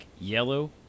yellow